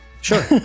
sure